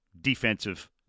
defensive